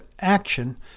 action